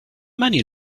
many